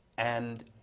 and,